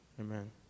Amen